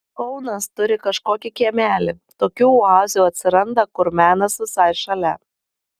kaunas turi kažkokį kiemelį tokių oazių atsiranda kur menas visai šalia